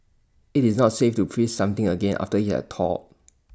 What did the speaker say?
IT is not safe to freeze something again after IT has thawed